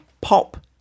pop